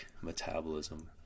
metabolism